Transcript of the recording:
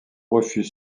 refus